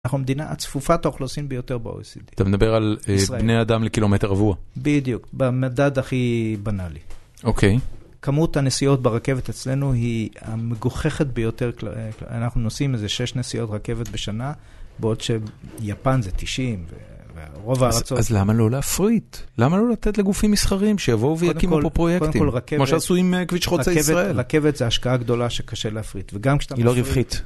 אנחנו המדינה הצפופת האוכלוסין ביותר ב-OECD. אתה מדבר על, ישראל. אה, בני אדם לקילומטר רבוע. בדיוק, במדד הכי בנאלי. אוקיי. כמות הנסיעות ברכבת אצלנו היא המגוחכת ביותר. אנחנו נוסעים איזה 6 נסיעות רכבת בשנה, בעוד שיפן זה 90, ורוב הארצות... אז אז למה לא להפריט? למה לא לתת לגופים מסחריים שיבואו ויקימו פה פרויקטים? קודם כל, רכבת... כמו שעשו עם כביש חוצה ישראל. רכבת זו השקעה גדולה שקשה להפריט, וגם כשאתה מפריט... היא לא רווחית.